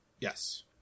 Yes